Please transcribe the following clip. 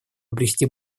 обрести